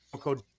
Code